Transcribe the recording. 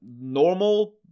normal